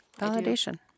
Validation